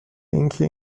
اینکه